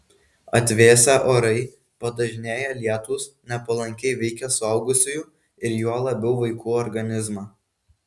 atvėsę orai padažnėję lietūs nepalankiai veikia suaugusiųjų ir juo labiau vaikų organizmą